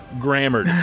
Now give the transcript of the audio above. Grammar